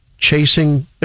chasing